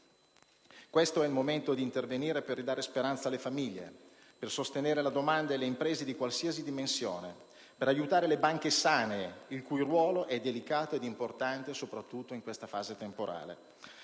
Questo è il momento di intervenire per ridare speranza alle famiglie, per sostenere la domanda e le imprese di qualsiasi dimensione, per aiutare le banche sane, il cui ruolo è delicato e importante soprattutto in questa fase temporale.